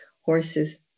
horses